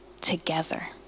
together